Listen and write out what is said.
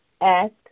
Ask